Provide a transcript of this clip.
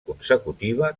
consecutiva